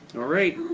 alright,